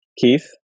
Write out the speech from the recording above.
Keith